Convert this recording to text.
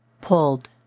Pulled